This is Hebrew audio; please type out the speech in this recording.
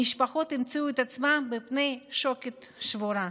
המשפחות ימצאו את עצמן בפני שוקת שבורה.